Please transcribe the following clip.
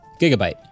Gigabyte